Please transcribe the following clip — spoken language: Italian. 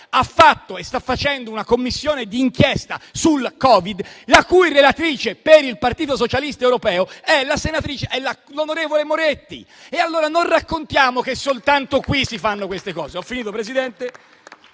ha fatto e sta facendo una commissione di inchiesta sul Covid, la cui relatrice per il Partito socialista europeo è l'onorevole Moretti. Non raccontiamo allora che soltanto qui si fanno queste cose.